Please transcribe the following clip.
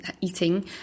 eating